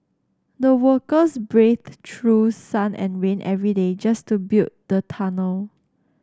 the workers braved through sun and rain every day just to build the tunnel